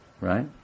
right